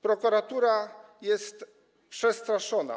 Prokuratura jest przestraszona.